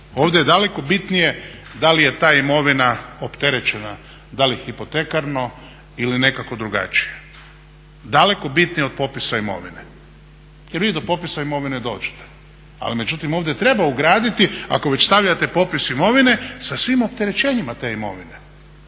ovdje je daleko bitnije da li je ta imovina opterećena da li hipotekarno ili nekako drugačije. Daleko bitnije od popisa imovine jer vi do popisa imovine dođete ali međutim ovdje treba ugraditi ako već stavljate popis imovine sa svim opterećenjima te imovine